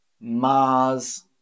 Mars